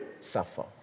suffer